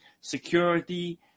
security